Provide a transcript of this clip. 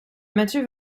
mathieu